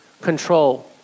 control